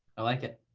i like it.